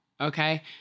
okay